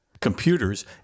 Computers